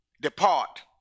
depart